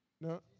No